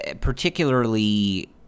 particularly